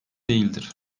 değildir